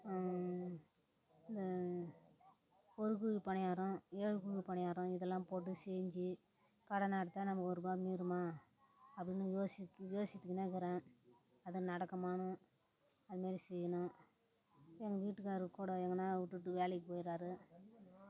இந்த ஒரு குழி பணியாரம் ஏழு குழி பணியாரம் இதெல்லாம் போட்டு செஞ்சு கடை நடத்தால் நம்ம ஒரு ரூபாய் மீறுமா அப்படின்னு யோசித்து யோசித்துக்கின்னே இருக்கிறேன் அதை நடக்குமான்னு அதுமாரி செய்யணும் எங்கள் வீட்டுக்காரர் கூட எங்கேன்னா விட்டுட்டு வேலைக்கு போயிடுறாரு